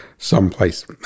someplace